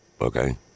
okay